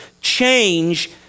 change